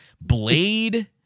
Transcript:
Blade